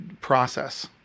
process